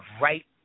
right